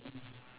the boy